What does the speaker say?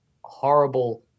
horrible